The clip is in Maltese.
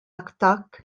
attakk